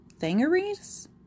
thingeries